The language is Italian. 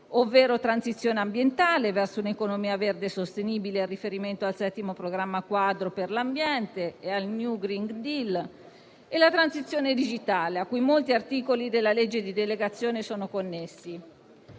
ovvero transizione ambientale verso un'economia verde sostenibile, con riferimento al VII programma quadro per l'ambiente e al *green new deal,* e transizione digitale, a cui molti articoli della legge di delegazione sono connessi.